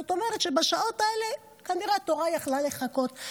זאת אומרת שבשעות האלה כנראה התורה יכולה לחכות.